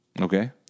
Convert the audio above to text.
Okay